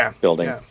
building